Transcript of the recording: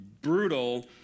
brutal